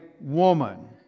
woman